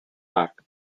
park